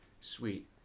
sweet